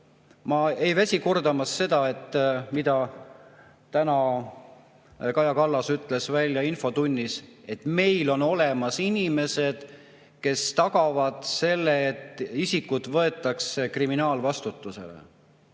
Ma ei väsi kordamast seda, mida täna Kaja Kallas ütles infotunnis, et meil on olemas inimesed, kes tagavad selle, et isikud võetakse kriminaalvastutusele.